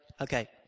Okay